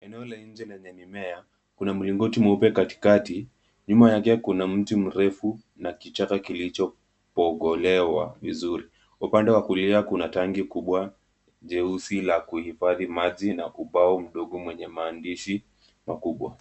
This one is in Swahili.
Eneo la nje lenye mimea, kuna mlingoti mweupe katikati, nyuma yake kuna mti mrefu na kichaka kilichobogolewa vizuri. Upande wa kulia kuna tanki kubwa jeusi la kuhifadhi maji na ubao mdogo mwenye maandishi makubwa.